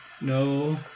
No